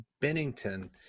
Bennington